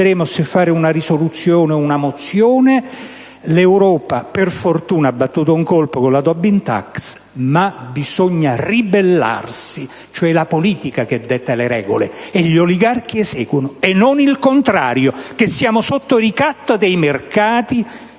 vedremo se presentare una risoluzione o una mozione. L'Europa per fortuna ha battuto un colpo con la Tobin *tax*, ma bisogna ribellarsi. È la politica che detta le regole e gli oligarchi eseguono, e non il contrario! Siamo sotto ricatto dei mercati,